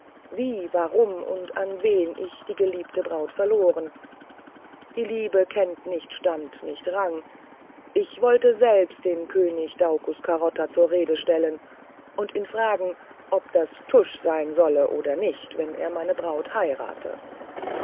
wie warum und an wen ich die geliebte braut verloren die liebe kennt nicht stand nicht rang ich wollte selbst den könig daucus carota zur rede stellen und ihn fragen ob das tusch sein solle oder nicht wenn er meine braut heirate